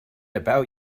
about